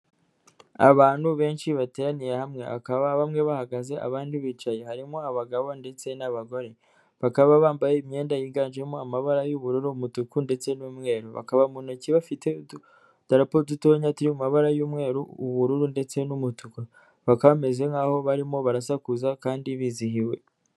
Abantu benshi bateraniye hamwe. Bakaba bamwe bahagaze abandi bicaye. Harimo abagabo ndetse n'abagore. Bakaba bambaye imyenda yiganjemo amabara y'ubururu, umutuku, ndetse n'umweru. Bakaba mu ntoki bafite utudarapo dutonya turi mu mabara y'umweru, ubururu, ndetse n'umutuku. Bakaba bameze nk'aho barimo barasakuza kandi bizihiwe.